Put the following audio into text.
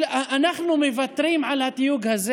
אנחנו מוותרים על התיוג הזה.